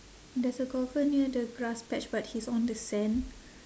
there's a golfer near the grass patch but he's on the sand